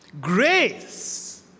grace